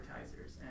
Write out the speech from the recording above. advertisers